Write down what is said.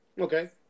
Okay